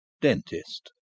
DENTIST